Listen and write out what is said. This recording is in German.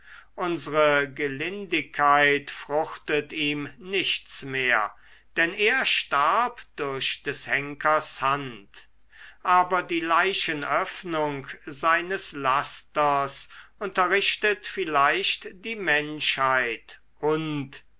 unsre gelindigkeit fruchtet ihm nichts mehr denn er starb durch des henkers hand aber die leichenöffnung seines lasters unterrichtet vielleicht die menschheit und